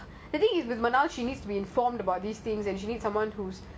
oh my O_G's mum